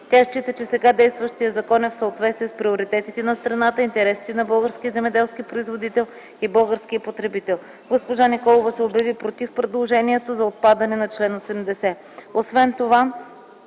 Тя счита, че сега действащият закон е в съответствие с приоритетите на страната, интересите на българския земеделски производител и българския потребител. Госпожа Николова се обяви против предложението за отпадане на чл. 80.